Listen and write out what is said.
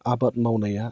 आबाद मावनाया